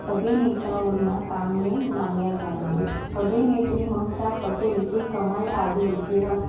અભિનેતાઓના કામને માન્ય ગણાવું અભિનેત્રી મમતા પટેલ કે કમલ આદિલ જેવા